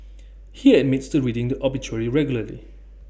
he admits to reading the obituary regularly